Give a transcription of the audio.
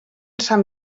sant